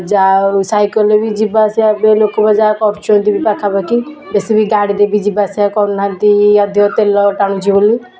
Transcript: ଯାହା ହେଉ ସାଇକେଲ୍ରେ ବି ଯିବା ଆସିବା ଏବେ ଲୋକ ବି ଯାହା କରୁଛନ୍ତି ବି ପାଖା ପାଖି ବେଶୀ ବି ଗାଡ଼ି ଦେଇକି ଯିବା ଆସିବା କରୁନାହାଁନ୍ତି ଅଧିକ ତେଲ ଟାଣୁଛି ବୋଲି